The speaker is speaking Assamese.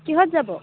কিহঁত যাব